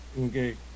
Okay